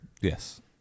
Yes